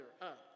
up